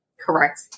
Correct